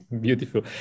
beautiful